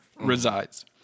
resides